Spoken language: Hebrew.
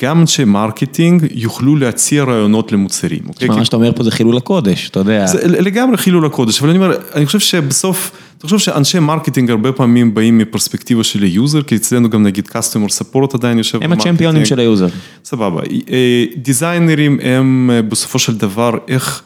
גם אנשי מרקטינג יוכלו להציע רעיונות למוצרים. מה שאתה אומר פה זה חילול הקודש, אתה יודע. זה לגמרי חילול הקודש, אבל אני אומר, אני חושב שבסוף, אני חושב שאנשי מרקטינג הרבה פעמים באים מפרספקטיבה של היוזר, כי אצלנו גם נגיד Customer Support עדיין יושב. הם הצ'מפיונים של היוזר. סבבה. דיזיינרים הם בסופו של דבר, איך...